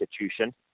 institution